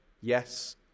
yes